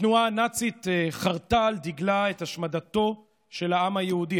התנועה הנאצית חרתה על דגלה את השמדתו של העם היהודי,